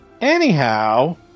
Anyhow